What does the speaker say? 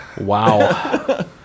Wow